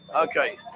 okay